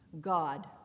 God